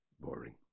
Boring